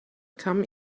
come